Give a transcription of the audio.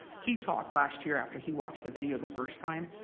he talked last year, after he watched the video the first time,